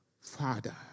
Father